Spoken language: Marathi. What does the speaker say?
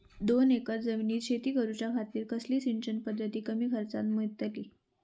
दोन एकर जमिनीत शेती करूच्या खातीर कसली सिंचन पध्दत कमी खर्चात मेलतली?